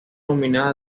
nominada